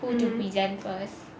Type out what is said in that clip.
to present first